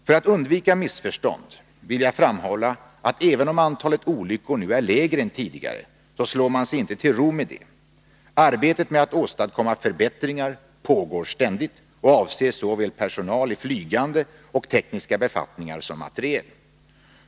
För att undvika missförstånd vill jag framhålla, att även om antalet olyckor nu är lägre än tidigare, slår man sig inte till ro med det. Arbetet med att åstadkomma förbättringar pågår ständigt och avser såväl personal i flygande och tekniska befattningar som materiel.